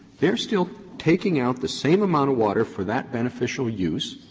they're still taking out the same amount of water for that beneficial use.